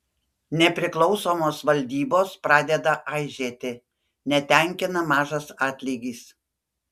nepriklausomos valdybos pradeda aižėti netenkina mažas atlygis